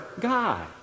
God